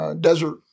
Desert